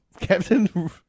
Captain